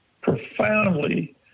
profoundly